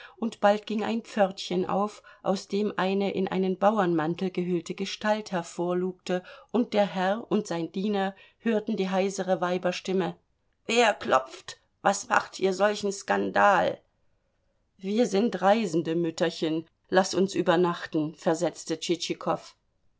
und bald ging ein pförtchen auf aus dem eine in einen bauernmantel gehüllte gestalt hervorlugte und der herr und sein diener hörten die heisere weiberstimme wer klopft was macht ihr solchen skandal wir sind reisende mütterchen laß uns übernachten versetzte